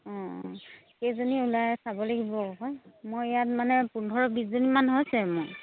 অঁ অঁ কেইজনী ওলাই চাব লাগিব পায় মই ইয়াত মানে পোন্ধৰ বিছজনীমান হৈছে মোৰ